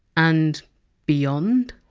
and beyond?